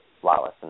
flawless